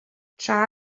tra